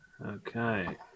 Okay